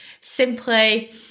Simply